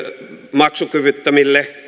maksukyvyttömille